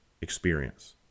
experience